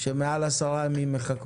שמחכות מעל 10 ימים?